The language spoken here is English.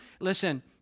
listen